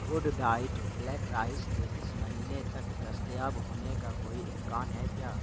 good diet black rice کے اس مہینے تک دستیاب ہونے کا کوئی امکان ہے کیا